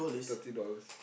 thirty dollars